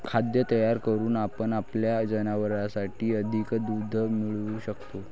खाद्य तयार करून आपण आपल्या जनावरांसाठी अधिक दूध मिळवू शकतो